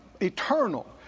eternal